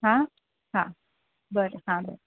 हां हां बरें हां बरें